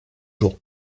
jours